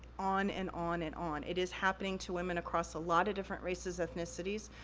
on and on and on, it is happening to women across a lot of different races, ethnicities,